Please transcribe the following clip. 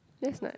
that's ni~